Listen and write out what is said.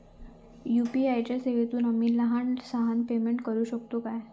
UPI च्या सेवेतून आम्ही लहान सहान पेमेंट करू शकतू काय?